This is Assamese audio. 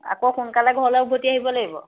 আকৌ সোনকালে ঘৰলে উভতি আহিব লাগিব